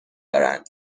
دارند